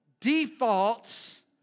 defaults